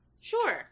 Sure